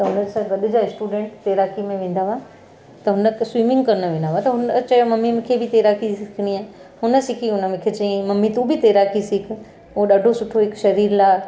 त उनसां गॾु जा स्टुडेंट तैराकी में वेंदा हुआ त हुनखे स्विमिंग करण लाइ वेंदा हुआ त हुन अ चयो त मम्मी मूंखे बि तैराकी सिखणी आहे हुन सिखी हुन मूंखे चयाईं मम्मी तूं बि तैराकी सिखु ऐं ॾाढो सुठो हिकु शरीर लाइ